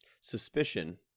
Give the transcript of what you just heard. suspicion